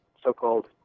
so-called